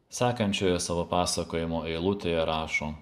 sekančioje savo pasakojimo eilutėje rašo